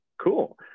cool